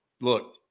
look –